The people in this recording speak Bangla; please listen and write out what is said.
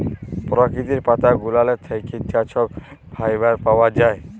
পরকিতির পাতা গুলালের থ্যাইকে যা ছব ফাইবার পাউয়া যায়